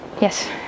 yes